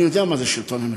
אני יודע מה זה שלטון מקומי,